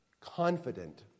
confident